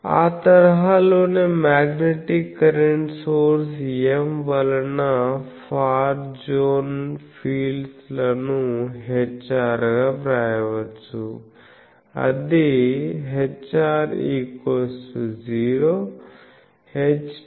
ఆ తరహాలోనే magnetic current source M వలన ఫార్ జోన్ ఫీల్డ్స్ లను Hr గా వ్రాయవచ్చు అది Hr ≃ 0